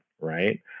right